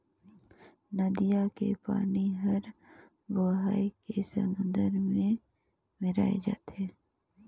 नदिया के पानी हर बोहाए के समुन्दर में मेराय जाथे